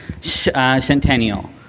Centennial